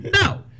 No